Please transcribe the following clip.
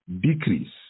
decrease